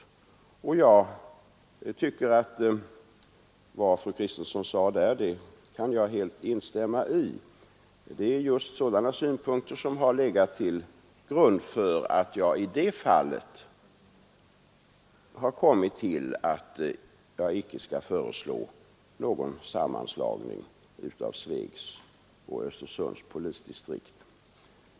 Vad fru Kristensson här sade kan jag helt instämma i. Det är just sådana synpunkter som legat till grund för att jag i det fallet har kommit fram till att jag icke skall föreslå någon sammanslagning av Svegs och Östersunds polisdistrikt.